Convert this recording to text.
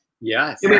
Yes